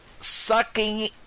sucking